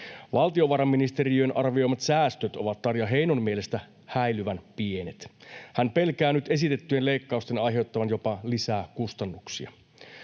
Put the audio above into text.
Valtiovarainministeriön arvioimat säästöt ovat Tarja Heinon mielestä häilyvän pienet. Hän pelkää nyt esitettyjen leikkausten aiheuttavan jopa lisää kustannuksia.